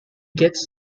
gets